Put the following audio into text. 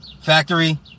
Factory